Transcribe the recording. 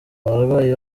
abarwayi